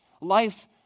life